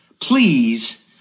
please